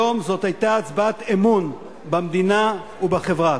היום זאת היתה הצבעת אמון במדינה ובחברה.